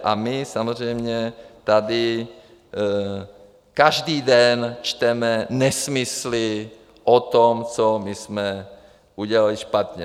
A my samozřejmě tady každý den čteme nesmysly o tom, co jsme udělali špatně.